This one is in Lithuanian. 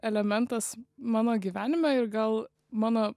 elementas mano gyvenime ir gal mano